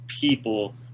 people